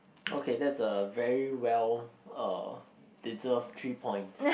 okay that's a very well uh deserved three points